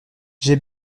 j’ai